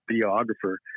Biographer